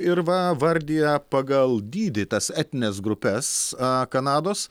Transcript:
ir va vardija pagal dydį tas etnines grupes a kanados